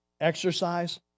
exercise